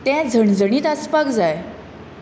तें झणझणीत आसपाक जाय